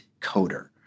coder